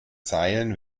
zeilen